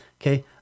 Okay